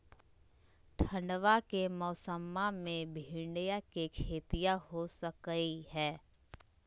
ठंडबा के मौसमा मे भिंडया के खेतीया हो सकये है?